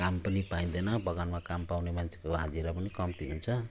काम पनि पाइँदैन बगानमा काम पाउने मान्छेको हाजिरा पनि कम्ती हुन्छ